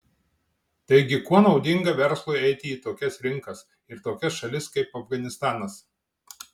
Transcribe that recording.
taigi kuo naudinga verslui eiti į tokias rinkas ir tokias šalis kaip afganistanas